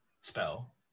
spell